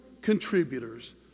contributors